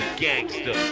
gangster